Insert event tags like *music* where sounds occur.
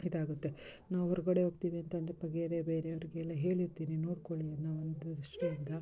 ಇದಾಗುತ್ತೆ ನಾವು ಹೊರ್ಗಡೆ ಹೋಗ್ತೀವಿ ಅಂತ ಅಂದರೆ *unintelligible* ಬೇರೆಯವ್ರಿಗೆಲ್ಲ ಹೇಳಿರ್ತೀನಿ ನೋಡ್ಕೊಳ್ಳಿ ನಾವೊಂದು *unintelligible*